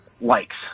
likes